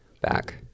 Back